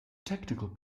technical